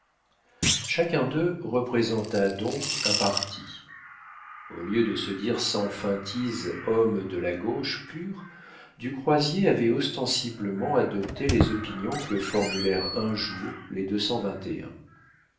chacun d'eux représenta donc un parti au lieu de se dire sans feintise homme de la gauche pure du croisier avait ostensiblement adopté les opinions que formulèrent un jour les